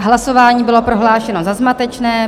Hlasování bylo prohlášeno za zmatečné.